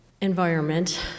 environment